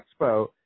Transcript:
expo